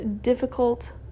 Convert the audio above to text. difficult